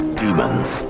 demons